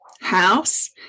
house